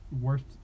worst